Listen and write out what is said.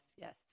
yes